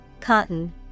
Cotton